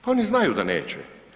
Oni znaju da neće.